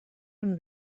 him